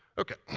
ok.